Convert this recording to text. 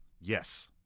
Yes